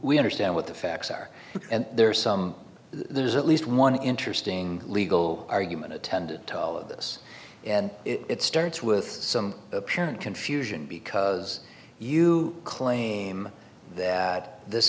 we understand what the facts are and there's some there's at least one interesting legal argument attendant to all of this and it starts with some apparent confusion because you claim that this